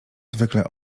zwykle